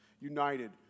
United